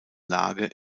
lage